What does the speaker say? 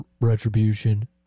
retribution